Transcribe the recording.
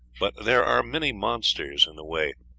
but there are many monsters in the way,